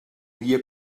dia